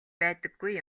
байдаггүй